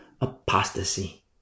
Apostasy